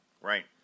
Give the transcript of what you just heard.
Right